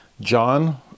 John